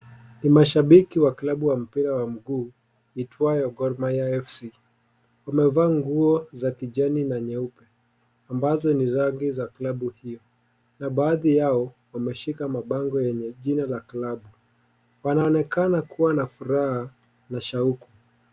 Ninmashabiki wa klabu wa mpira wa mguu iitwayo Gor Mahia FC, wamevaa nguo za kijani na nyeupe ambazo ni rangi za klabu hiyo na baadhi yao, wameshika mabango yenye jina ya klabu, wanaonekana kuwa na furaha na shauku.